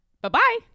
Bye-bye